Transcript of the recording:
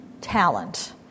talent